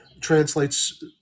translates